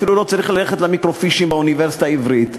אפילו לא צריך ללכת למיקרופישים באוניברסיטה העברית,